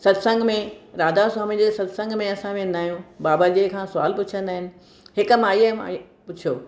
सत्संग में राधास्वामी जे सत्संग में असां वेंदा आहियूं बाबाजीअ खां सवालु पुछंदा आहिनि हिक माईअ पुछियो